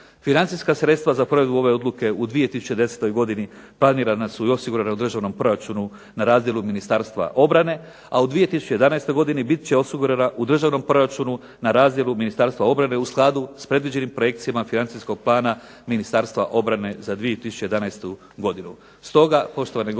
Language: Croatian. Financijska sredstva za provedbu ove odluke u 2010. godini planirana su i osigurana u državnom proračunu na razdjelu Ministarstva obrane, a u 2011. godini bit će osigurana u državnom proračunu na razdjelu Ministarstva obrane u skladu s predviđenim projekcijama financijskog plana Ministarstva obrane za 2011. godinu.